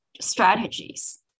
strategies